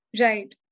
right